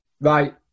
right